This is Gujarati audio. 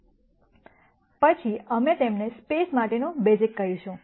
પછી અમે તેમને સ્પેસ માટેનો બેસીસ તરીકે કહીશું